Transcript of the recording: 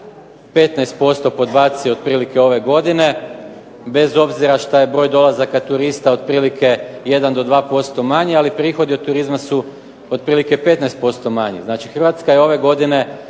15% podbacio otprilike ove godine, bez obzira što je broj dolazaka turista 1 do 2% manji, ali prihodi od turizma su otprilike 15% manji. Znači, Hrvatska je ove godine